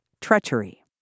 treachery